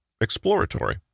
exploratory